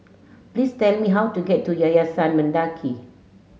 please tell me how to get to Yayasan Mendaki